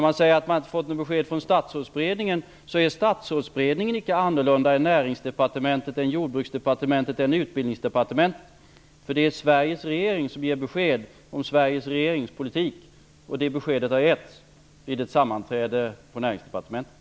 Man säger att man inte har fått något besked från statsrådsberedningen. Statsrådsberedningen är inte annorlunda än Näringsdepartementet, Jordbruksdepartementet eller Utbildningsdepartementet. Det är Sveriges regering som ger besked om Sveriges regerings politik. Det beskedet har getts vid ett sammanträde på Näringsdepartementet.